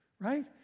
Right